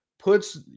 puts